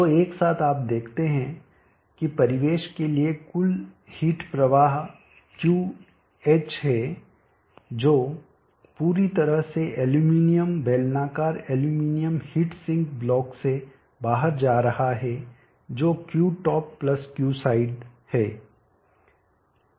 तो एक साथ आप देखते हैं कि परिवेश के लिए कुल हिट प्रवाह QH है जो पूरी तरह से एल्यूमीनियम बेलनाकार एल्यूमीनियम हीट सिंक ब्लॉक से बाहर जा रहा है जो Qtop Qside है